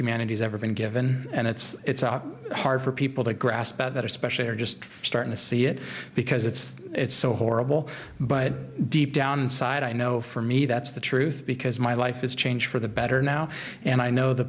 humanity has ever been given and it's hard for people to grasp that especially they're just starting to see it because it's it's so horrible but deep down inside i know for me that's the truth because my life is change for the better now and i know the